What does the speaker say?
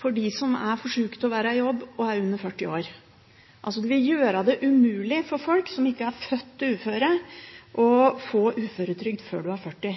før de er 40.